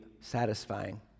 satisfying